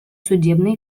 судебной